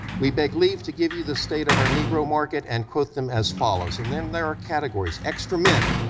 we beg leave to give you the state of our negro market and quote them as follows, and then there are categories, extra men,